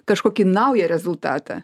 kažkokį naują rezultatą